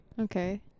Okay